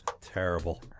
Terrible